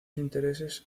intereses